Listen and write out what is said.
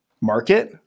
market